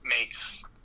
makes